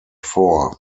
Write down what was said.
four